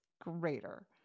greater